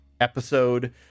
episode